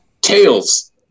tails